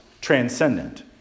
transcendent